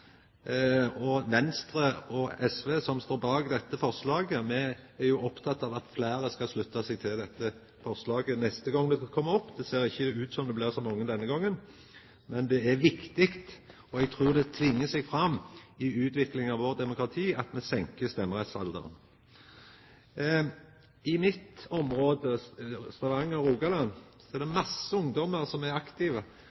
Venstre og SV, som står bak dette forslaget, er opptekne av at fleire skal slutta seg til forslaget neste gong det kjem opp – det ser ikkje ut som det blir så mange denne gongen. Men det er viktig, og eg trur det tvingar seg fram i utviklinga av vårt demokrati at me senkar stemmerettsalderen. I mitt område, Stavanger/Rogaland, er det masse ungdommar som er aktive, og som vil driva med politikk, anten det